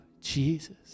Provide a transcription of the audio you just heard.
Jesus